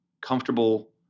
comfortable